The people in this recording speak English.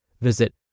Visit